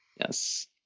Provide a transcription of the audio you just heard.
Yes